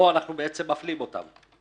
פה אנחנו מפלים אותם,